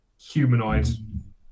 humanoid